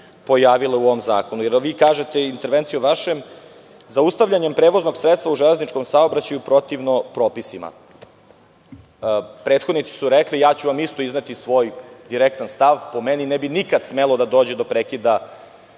pojavile u ovom zakonu? Vi kažete, vašom intervencijom, zaustavljanjem prevoznog sredstva u železničkom saobraćaju protivno je propisima. Prethodnici su rekli, izneću vam svoj direktan stav, po meni, ne bi nikad smelo da dođe do prekida